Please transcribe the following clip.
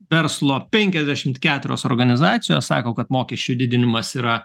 verslo penkiasdešimt keturios organizacijos sako kad mokesčių didinimas yra